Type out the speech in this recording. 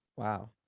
Wow